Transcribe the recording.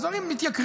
אז דברים מתייקרים,